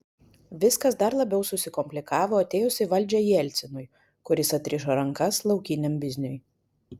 viskas dar labiau susikomplikavo atėjus į valdžią jelcinui kuris atrišo rankas laukiniam bizniui